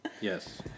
Yes